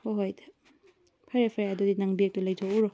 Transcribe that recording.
ꯍꯣꯏ ꯍꯣꯏ ꯐꯔꯦ ꯐꯔꯦ ꯑꯗꯨꯗꯤ ꯅꯪ ꯕꯦꯒꯇꯨ ꯂꯩꯊꯣꯛꯂꯨꯔꯣ